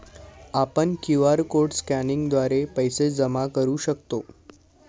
आपण QR code स्कॅनिंगद्वारे पैसे जमा करू शकतो